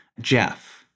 Jeff